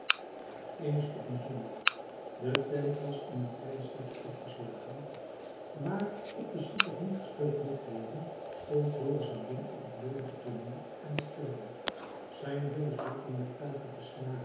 eens op een zondag de tent was in een klein stadje opgeslagen waar op den sabbat niet gespeeld mocht worden stond dorus alleen op het ledige tooneel en speelde zijn vingers drukten werktuiglijk de